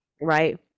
right